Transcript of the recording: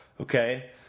Okay